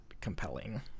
compelling